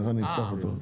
איך אני אפתח אותו?